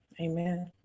Amen